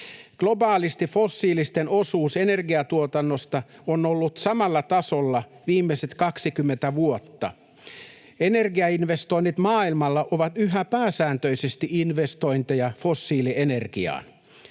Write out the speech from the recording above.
Globaalisti fossiilisten osuus energiatuotannosta on ollut samalla tasolla viimeiset kaksikymmentä vuotta. Energiainvestoinnit maailmalla ovat yhä pääsääntöisesti investointeja fossiilienergiaan.